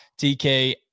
tk